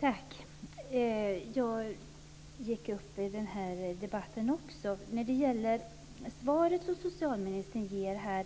Herr talman! Jag gick upp i den här debatten också. I svaret som socialministern ger talar han